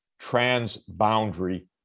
transboundary